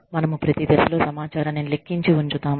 మనము ప్రతి దశలో సమాచారాన్ని లెక్కించి ఉంచుతాము